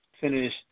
finish